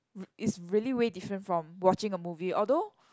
re~ is really way different from watching a movie although